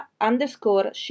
underscore